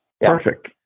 Perfect